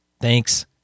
Thanks